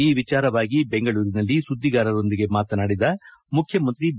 ಈ ವಿಚಾರವಾಗಿ ಬೆಂಗಳೂರಿನಲ್ಲಿ ಸುದ್ದಿಗಾರರೊಂದಿಗೆ ಮಾತನಾಡಿದ ಮುಖ್ಯಮಂತ್ರಿ ಬಿ